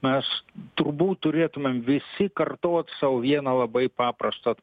mes turbūt turėtumėm visi kartot sau vieną labai paprastą